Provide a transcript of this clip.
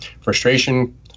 frustration